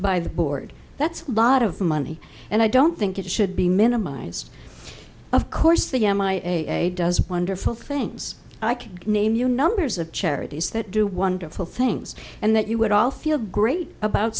by the board that's a lot of money and i don't think it should be minimized of course the m i a does wonderful things i can name you numbers of charities that do wonderful things and that you would all feel great about